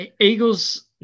Eagles